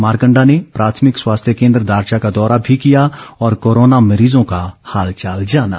मारकंडा ने प्राथमिक स्वास्थ्य केन्द्र दारचा का दौरा भी किया और कोरोना मरीजों का हालचाल जाना